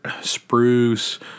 spruce